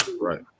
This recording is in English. Right